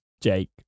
Jake